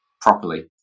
properly